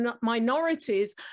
minorities